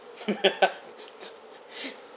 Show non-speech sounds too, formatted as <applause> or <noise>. <laughs>